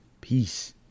Peace